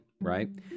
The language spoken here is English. right